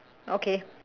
okay